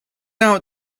out